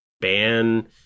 ban